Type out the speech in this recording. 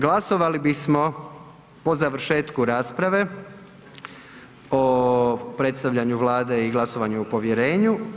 Glasovali bismo po završetku rasprave o predstavljanju Vlade i glasovanju o povjerenju.